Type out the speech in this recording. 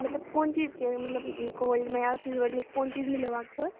मतलब कोन चीजके मतलब गोल्डमे या सिल्वरमे कोन चीजमे लेबाक छल